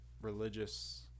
religious